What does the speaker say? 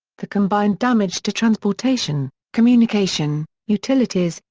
the combined damage to transportation, communication, utilities,